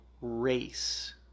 race